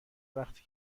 وقتی